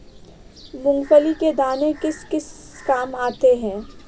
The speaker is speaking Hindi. मूंगफली के दाने किस किस काम आते हैं?